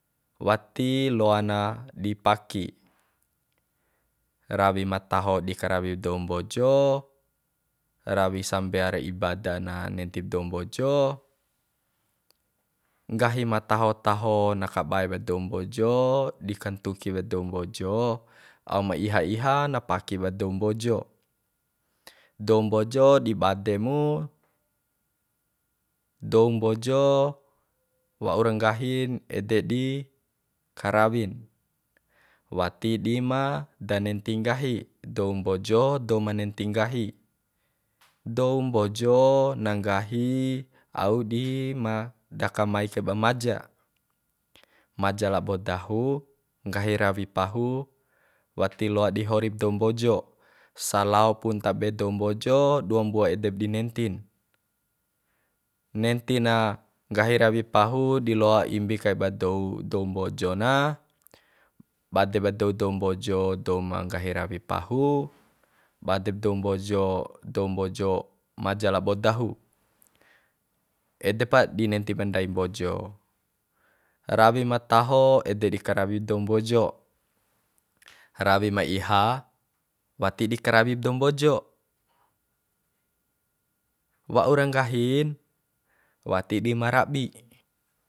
Wati loa na di paki rawi ma taho di karawi dou mbojo rawi sambea ra ibada na nentib dou mbojo nggahi ma taho taho na kabaeb dou mbojo di kantuki wea dou mbojo au ma iha iha na paki ba dou mbojo dou mbojo di bade mu dou mbojo waura nggahin ede di karawin wati di ma danenti nggahi dou mbojo dou ma nenti nggahi dou mbojo na nggahi auk di ma dakamai kai ba maja maja labo dahu nggahi rawi pahu wati loa di horip dou mbojo salao pun tabe dou mbojo dua mbua edek di nentin nenti na nggahi rawi pahu di loa imbi kai ba dou dou mbojo na badeba dou dou mbojo douma nggahi rawi pahu badep dou mbojo dou mbojo maja labo dahu ede pa di nenti ba ndai mbojo rawi ma taho ede di karawi dou mbojo rawi ma iha wati di karawim dou mbojo waura nggahin wati dima rabi